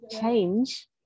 change